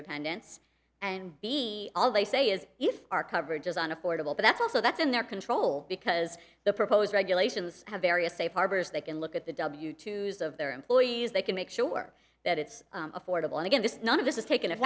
dependents and b all they say is if our coverage is on affordable but that's also that's in their control because the proposed regulations have various safe harbors they can look at the w to use of their employees they can make sure that it's affordable and again this none of this is taking